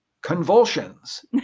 convulsions